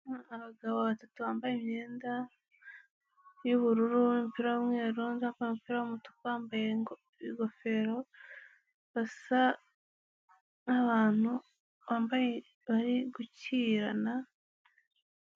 Abagabo batatu bambaye imyenda y'ubururu, n'umupira w'umweru n'undi wambaye umupira w'umutuku, wambaye ingofero basa nk'abantu bambaye bari gukirana.